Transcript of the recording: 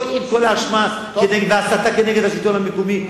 פה התחילו כל ההאשמה וההסתה נגד השלטון המקומי,